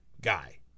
guy